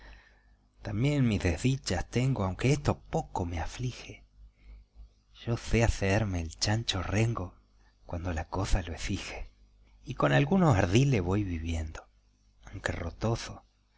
también mis desdichas tengo aunque esto poco me aflige yo sé hacerme el chango rengo cuando la cosa lo esige y con algunos ardiles voy viviendo aunque rotoso